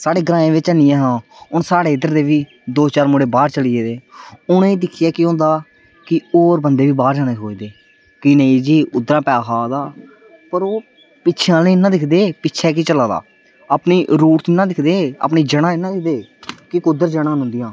स्हाड़े ग्राएं बिच्च नी ऐ हा हुन स्हाड़े इद्धर दे बी दो चार मुड़े बाहर चली गेदे उनेंगी दिक्खिये केह हुंदा कि होर बंदे बी बाहर जाने दी सोचदे कि नेई जी उद्धरा पैहा आ दा पर ओह् पिच्छे आह्लें गी नीना दिक्खदे पिच्छे केह् चला दा अपनी रूट्स निना दिक्खदे अपनी जड़ां निना दिक्खदे के कुद्धर जड़ां न उंदियां